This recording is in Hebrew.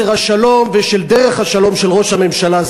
של מסר השלום ושל דרך השלום של ראש הממשלה,